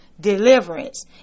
Deliverance